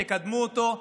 תקדמו אותו.